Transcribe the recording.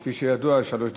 כפי שידוע, שלוש דקות.